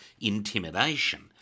intimidation